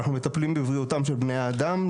אנחנו מטפלים בבריאותם של בני האדם,